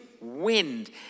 Wind